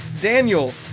Daniel